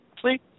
Please